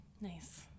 Nice